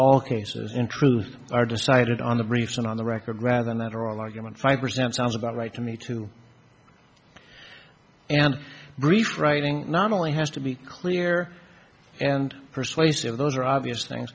all cases in truth are decided on the briefs and on the record rather than that are all argument five percent sounds about right to me too and brief writing not only has to be clear and persuasive those are obvious things